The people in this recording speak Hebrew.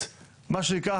את מה שנקרא,